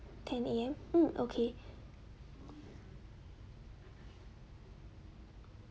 ten A_M okay